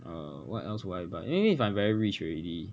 err what else would I buy anyway if I'm very rich already